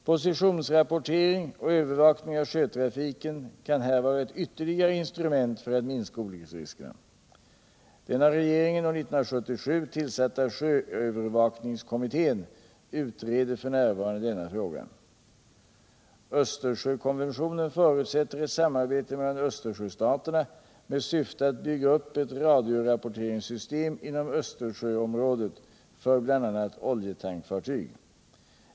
Positionsrapponering och övervakning av sjötrafiken kan här vara ett ytterligare instrument för att minska olycksriskerna. Den av regeringen år 1977 tillsatta sjöövervakningskommittén utreder f. n. denna fråga. Östersjökonventionen förutsätter ett samarbete rnellan Östersjöstaterna med syfte att bygga upp ett radiorappor teringssystem inom Östersjöområdet för bl.a. oljetankfartyg.